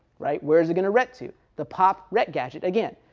right. where's it going to ret to? the pop ret gadget again.